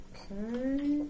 Okay